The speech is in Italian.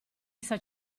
essa